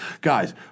Guys